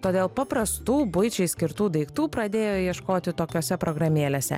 todėl paprastų buičiai skirtų daiktų pradėjo ieškoti tokiose programėlėse